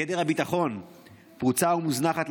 גדר הביטחון פרוצה ומוזנחת,